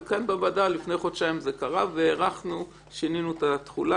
וכאן בוועדה לפני חודשיים זה קרה והארכנו את התחולה.